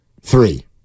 Three